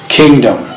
kingdom